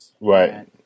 right